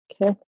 Okay